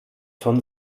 von